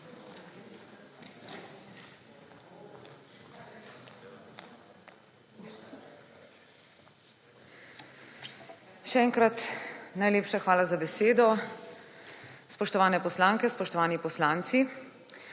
SDS):** Najlepša hvala za besedo. Spoštovane poslanke, spoštovani poslanci.